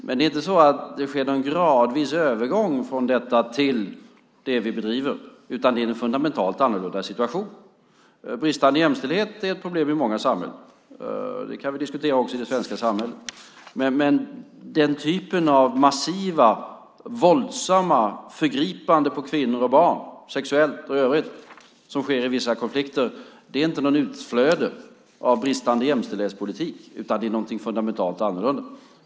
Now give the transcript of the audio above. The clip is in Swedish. Men det är inte så att det sker någon gradvis övergång från detta till det vi bedriver, utan det är en fundamentalt annorlunda situation. Bristande jämställdhet är ett problem i många samhällen. Det kan vi diskutera också i det svenska samhället. Den typen av massiva våldsamma förgripanden på kvinnor och barn, sexuellt och i övrigt, som sker i vissa konflikter, är inte något utflöde av bristande jämställdhetspolitik, utan det är någonting fundamentalt annorlunda.